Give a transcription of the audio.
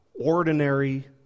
ordinary